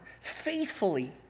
faithfully